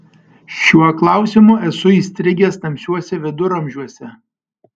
šiuo klausimu esu įstrigęs tamsiuose viduramžiuose